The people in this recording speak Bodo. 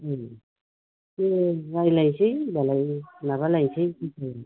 दे रायलायनोसै होमबालाय माबालायनोसै